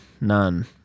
none